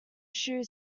shoe